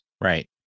Right